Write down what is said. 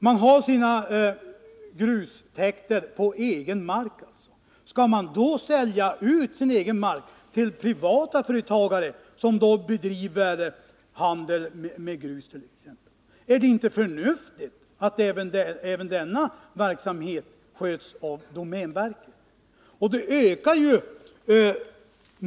Man har sina grustäkter på egen mark. Skall man då sälja ut den egna marken till privata företagare. som skall bedriva handel med grus? Är det inte förnuftigt att även denna verksamhet sköts av domänverket?